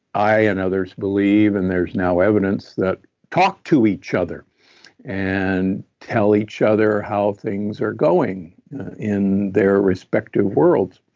i, and others believe, and there's now evidence that talk to each other and tell each other how things are going in their respective worlds.